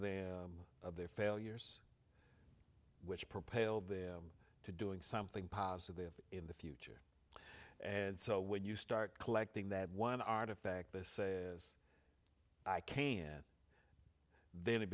them of their failures which propel them to doing something positive in the future and so when you start collecting that one artifact this is i can then it